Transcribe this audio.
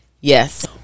Yes